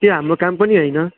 त्यो हाम्रो काम पनि होइन